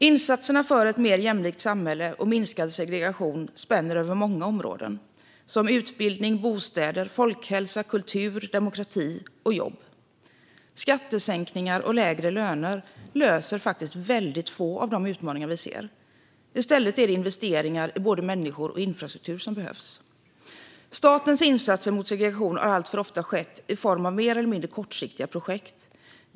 Insatserna för ett mer jämlikt samhälle och minskad segregation spänner över många områden, som utbildning, bostäder, folkhälsa, kultur, demokrati och jobb. Skattesänkningar och lägre löner löser väldigt få av de utmaningar vi ser. I stället är det investeringar i både människor och infrastruktur som behövs. Statens insatser mot segregation har alltför ofta skett i form av mer eller mindre kortsiktiga projekt.